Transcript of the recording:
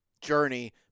journey